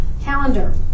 Calendar